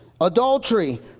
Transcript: adultery